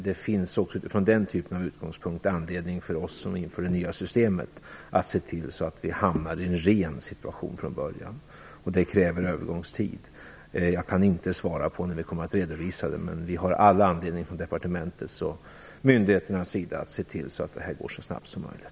Det finns också från den utgångspunkten anledning för oss som inför det nya systemet att se till att vi hamnar i en ren situation från början. Det kräver övergångstid. Jag kan inte svara på när vi kommer att redovisa förslaget, men vi har all anledning från departementets och myndigheternas sida att se till att det här går så snabbt som möjligt.